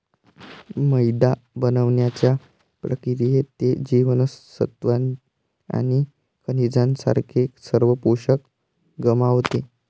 मैदा बनवण्याच्या प्रक्रियेत, ते जीवनसत्त्वे आणि खनिजांसारखे सर्व पोषक गमावते